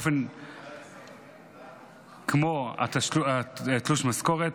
כמו תלוש משכורת,